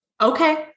okay